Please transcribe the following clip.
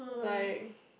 like